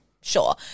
Sure